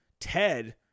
Ted